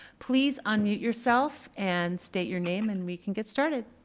please unmute yourself and state your name and we can get started.